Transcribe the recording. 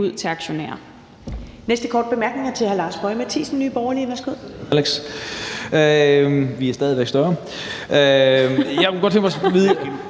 næste korte bemærkning er til hr. Lars Boje Mathiesen, Nye Borgerlige. Værsgo.